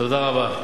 תודה רבה.